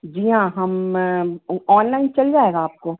जी हाँ हम ऑनलाइन चल जाएगा आपको